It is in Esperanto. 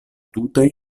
tute